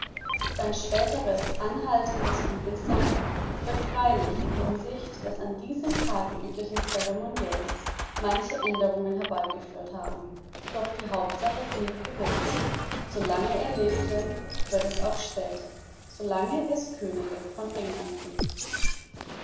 sein späteres anhaltendes übelsein wird freilich in hinsicht des an diesem tage üblichen zeremonielles manche änderung herbeigeführt haben doch die hauptsache blieb gewiß solange er lebte und es wird auch später solange es könige von england gibt